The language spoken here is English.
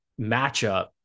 matchup